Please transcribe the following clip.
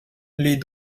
les